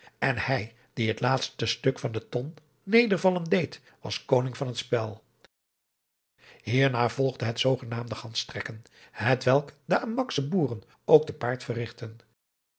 en hij die het laatste stuk van de ton nedervallen deed was koning van het spel hierna volgde het zoogenaamde ganstrekken hetwelk de amaksche boeren ook te paard verrigtten